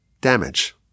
damage